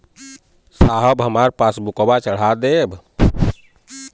साहब हमार पासबुकवा चढ़ा देब?